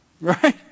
Right